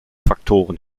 faktoren